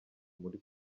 muri